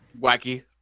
wacky